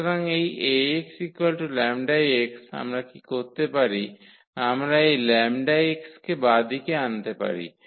সুতরাং এই 𝐴𝑥 𝜆𝑥 আমরা কী করতে পারি আমরা এই 𝜆𝑥 কে বাঁদিকে আনতে পারি